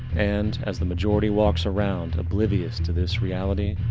and, as the majority walks around oblivious to this reality,